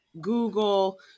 Google